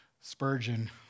Spurgeon